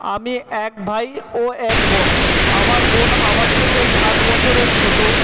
আমি এক ভাই ও এক বোন আমার বোন আমার থেকে সাত বছরের ছোট